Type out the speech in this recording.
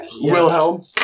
Wilhelm